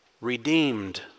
redeemed